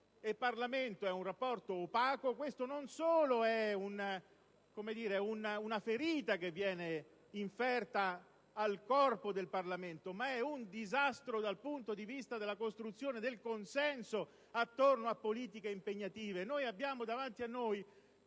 e Parlamento è opaco, ciò costituisce non solo una ferita che viene inferta al corpo del Parlamento, ma un disastro dal punto di vista della costruzione del consenso attorno a politiche impegnative. Abbiamo davanti a noi